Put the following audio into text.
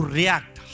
react